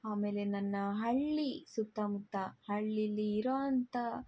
ಆಮೇಲೆ ನನ್ನ ಹಳ್ಳಿ ಸುತ್ತಮುತ್ತ ಹಳ್ಳಿಲ್ಲಿ ಇರೋಂಥ